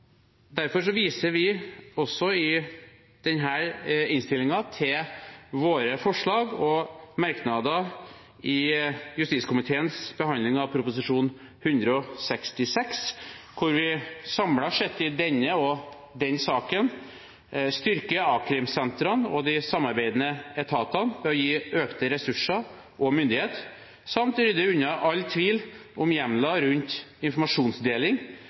merknader i justiskomiteens behandling av Prop. 166 L for 2020–2021, og at vi samlet sett i den og i denne saken styrker a-krimsentrene og de samarbeidende etatene ved å gi økte ressurser og myndighet samt rydde unna all tvil om hjemler om informasjonsdeling,